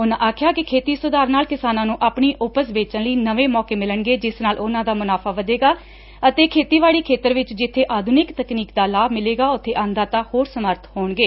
ਉਨੂਾ ਆਖਿਆ ਕਿ ਖੇਤੀ ਸੁਧਾਰ ਨਾਲ ਕਿਸਾਨਾਂ ਨੂੰ ਆਪਣੀ ਉਪਜ ਵੇਚਣ ਲਈ ਨਵੇ ਮੌਕੇ ਮਿਲਣਗੇ ਜਿਸ ਨਾਲ ਉਨੂਾ ਦਾ ਮੁਨਾਫਾ ਵਧੇਗਾ ਅਤੇ ਖੇਤੀਬਾਤੀ ਖੇਤਰ ਵਿਚ ਜਿੱਥੇ ਆਧੁਨਿਕ ਤਕਨੀਕ ਦਾ ਲਾਭ ਮਿਲੇਗਾ ਉਥੇ ਅੰਨਦਾਤਾ ਹੋਰ ਸਮਰੱਥ ਹੋਣਗੇ